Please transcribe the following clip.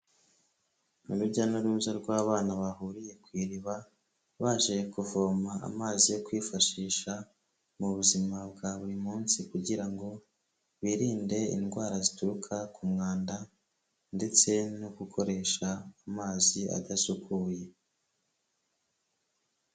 Urujya n'uruza rw'abana bahuriye ku iriba baje kuvoma amazi yo kwifashisha mu buzima bwa buri munsi kugira ngo birinde indwara zituruka ku mwanda ndetse no gukoresha amazi adasukuye.